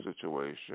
situation